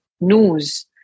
news